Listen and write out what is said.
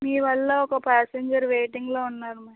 మీ వల్ల ఒక ప్యాసెంజర్ వేటింగ్లో ఉన్నారు